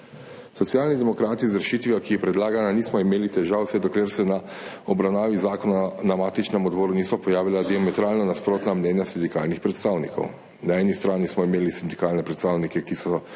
Socialni demokrati z rešitvijo, ki je predlagana, nismo imeli težav, vse dokler se na obravnavi zakona na matičnem odboru niso pojavila diametralno nasprotna mnenja sindikalnih predstavnikov. Na eni strani smo imeli sindikalne predstavnike, ki so se